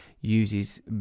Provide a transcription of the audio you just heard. uses